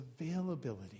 availability